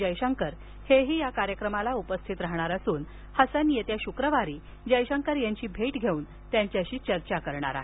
जयशंकर या कार्यक्रमाला उपस्थित राहणार असून हसन येत्या शुक्रवारी जयशंकर यांची भेट घेऊन चर्चा करणार आहेत